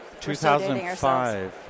2005